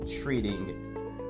treating